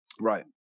right